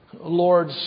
Lord